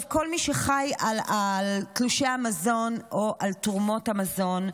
כל מי שחי על תלושי המזון או על תרומות המזון,